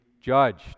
judged